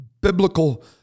biblical